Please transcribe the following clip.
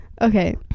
Okay